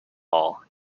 hall